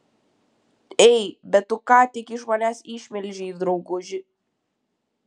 ei bet tu ką tik iš manęs išmelžei drauguži